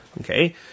Okay